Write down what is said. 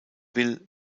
will